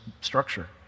structure